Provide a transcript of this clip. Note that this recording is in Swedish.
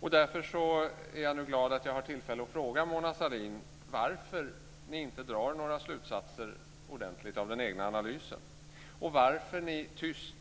Jag är därför glad för att jag nu har tillfälle att fråga Mona Sahlin varför ni inte drar några ordentliga slutsatser av den egna analysen. Varför accepterar ni tyst